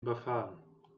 überfahren